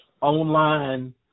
online